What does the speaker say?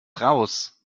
raus